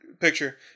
picture